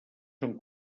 són